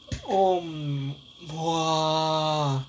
oh m~ !wah!